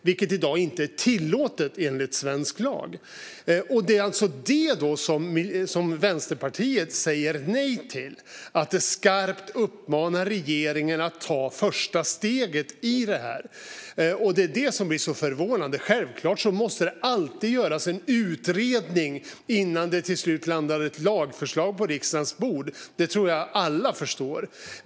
Det är i dag inte tillåtet enligt svensk lag. Det är alltså detta som Vänsterpartiet säger nej till - att skarpt uppmana regeringen att ta första steget i detta. Det är det som blir så förvånande. Självklart måste det alltid göras en utredning innan det till slut landar ett lagförslag på riksdagens bord; det tror jag att alla förstår.